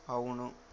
అవును